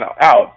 out